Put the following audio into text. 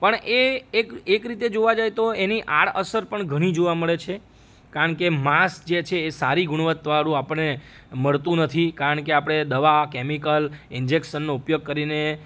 પણ એ એક રીતે જોવા જઈએ તો એની આડઅસર પણ ઘણી જોવા મળે છે કારણ કે માસ જે છે એ સારી ગુણવતા વાળું આપણને મળતું નથી કારણ કે આપળે દવા કેમિકલ ઇન્જેકશનનો ઉપયોગ કરીને